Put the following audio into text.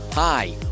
Hi